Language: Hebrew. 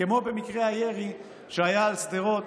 כמו במקרה הירי שהיה על שדרות